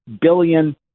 billion